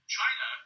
China